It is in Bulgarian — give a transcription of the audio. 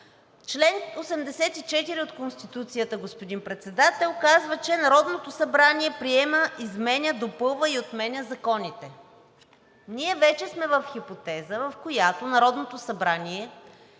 Чл. 84 от Конституцията, господин Председател, казва, че „Народното събрание приема, изменя, допълва и отменя законите.“ Ние вече сме в хипотеза, в която Народното събрание